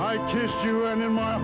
i just you and then my